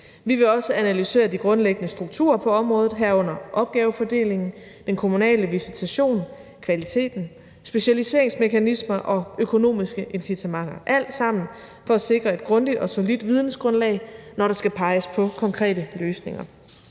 Vi vil også analysere de grundlæggende strukturer på området, herunder opgavefordelingen, den kommunale visitation, kvaliteten, specialiseringsmekanismer og økonomiske incitamenter – alt sammen for at sikre et grundigt og solidt vidensgrundlag, når der skal peges på konkrete løsninger.